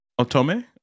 Otome